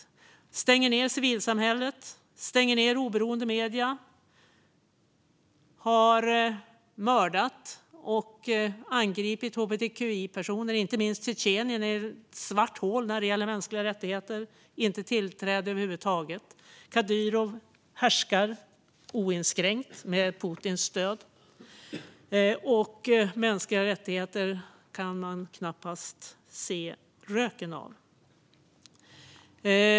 Man stänger ned civilsamhället och oberoende medier. Man har angripit och mördat hbtqi-personer - inte minst i Tjetjenien, som är ett svart hål när det gäller mänskliga rättigheter utan tillträde över huvud taget. Kadyrov härskar oinskränkt med Putins stöd, och mänskliga rättigheter ser man knappt röken av.